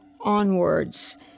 onwards